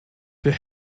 der